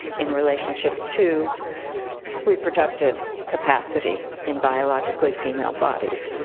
in relationship to reproductive capacity in biologically female bodies.